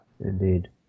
Indeed